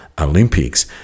Olympics